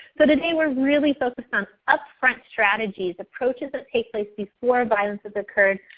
so today we're really focused on up front strategies, approaches that take place before violence has occurred.